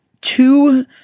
two